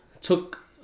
took